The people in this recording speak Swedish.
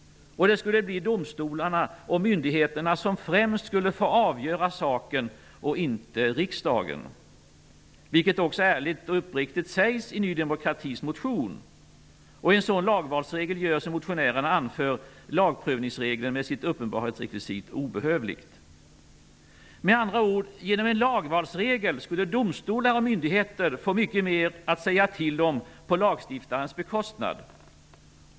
Det skulle bli domstolarna och myndigheterna som främst skulle få avgöra saken, inte riksdagen, vilket också ärligt och uppriktigt sägs i Ny demokratis motion. En sådan lagvalsregel gör, som motionärerna anför, lagprövningsregeln med dess uppenbarhetsrekvisit obehövlig. Med andra ord: Genom en lagvalsregel skulle domstolar och myndigheter få mycket mer att säga till om på lagstiftarens bekostnad.